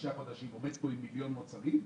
חמישה חודשים עומד פה עם מיליון מוצרים,